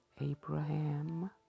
Abraham